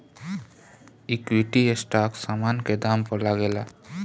equity stock समान के दाम पअ लागेला